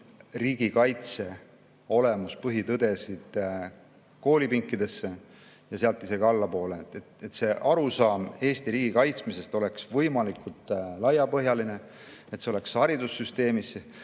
riigikaitse põhitõdesid koolipinkidesse ja isegi allapoole, et arusaam Eesti riigi kaitsmisest oleks võimalikult laiapõhjaline, et see oleks haridussüsteemis.